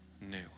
new